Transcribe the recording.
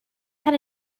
had